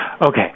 Okay